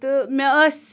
تہٕ مےٚ ٲس